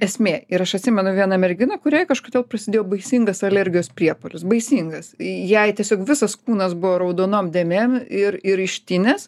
esmė ir aš atsimenu vieną merginą kuriai kažkodėl prasidėjo baisingas alergijos priepuolis baisingas jai tiesiog visas kūnas buvo raudonom dėmėm ir ir ištinęs